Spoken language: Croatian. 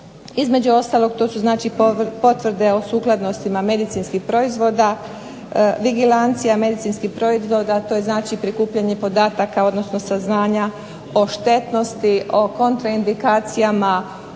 Između ostalog to su znači potvrde o sukladnostima medicinskih proizvoda, vigilancija medicinskih proizvoda, to je znači prikupljanje podataka, odnosno saznanja o štetnosti, o kontraindikacijama,